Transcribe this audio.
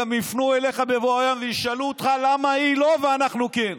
גם יפנו אליך בבוא היום וישאלו אותך למה היא לא ואנחנו כן,